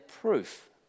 proof